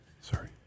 Sorry